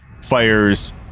fires